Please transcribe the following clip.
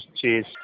Cheers